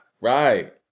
right